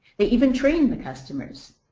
they even train the customers.